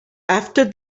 after